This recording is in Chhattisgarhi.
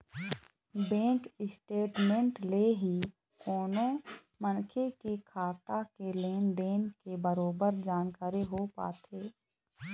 बेंक स्टेटमेंट ले ही कोनो मनखे के खाता के लेन देन के बरोबर जानकारी हो पाथे